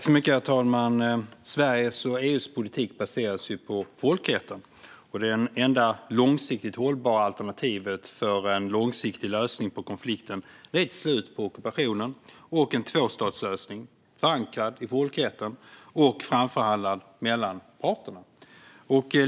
Herr talman! Sveriges och EU:s politik baseras på folkrätten. Det enda långsiktigt hållbara alternativet för en långsiktig lösning på konflikten är ett slut på ockupationen och en tvåstatslösning som är förankrad i folkrätten och framförhandlad mellan parterna.